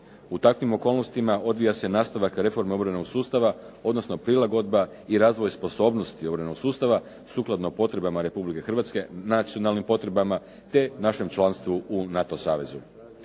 U takvim okolnostima odvija se nastavak reforme obrambenog sustava odnosno prilagodba i razvoj sposobnosti obrambenog sustava sukladno potrebama Republike Hrvatske, nacionalnim potrebama te našem članstvu u NATO savezu.